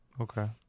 okay